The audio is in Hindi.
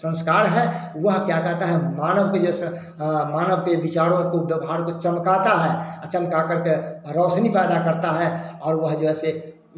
संस्कार है वह क्या कहता है मानव के जैसा मानव के विचारों को व्यवहार को चमकाता है चमकाकर के रौशनी पैदा करता है और वही रोसे